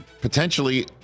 potentially